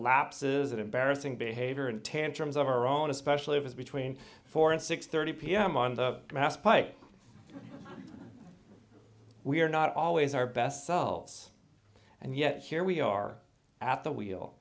lapses in embarrassing behavior and tantrums of our own especially if it's between four and six thirty pm on the mass pike we are not always our best selves and yet here we are at the wheel